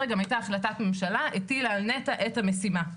והחברה הערבית נעלמת מהפרוייקט הזה.